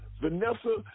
Vanessa